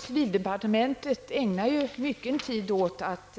Civildepartementet ägnar mycken tid åt att